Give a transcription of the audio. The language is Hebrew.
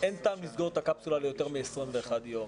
אין טעם לסגור את הקפסולה ליותר מ-21 יום.